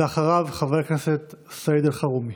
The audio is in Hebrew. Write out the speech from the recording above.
ואחריו, חבר הכנסת סעיד אלחרומי.